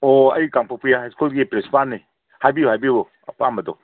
ꯑꯣ ꯑꯩ ꯀꯥꯡꯄꯣꯛꯄꯤ ꯍꯥꯏ ꯁ꯭ꯀꯨꯜꯒꯤ ꯄ꯭ꯔꯤꯟꯁꯤꯄꯥꯜꯅꯤ ꯍꯥꯏꯕꯤꯌꯨ ꯍꯥꯏꯕꯤꯌꯨ ꯑꯄꯥꯝꯕꯗꯣ